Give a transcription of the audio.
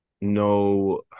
no